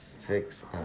fix